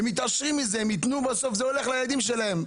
הם מתעשרים בזה, בסוף זה הולך לילדים שלהם.